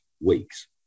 weeks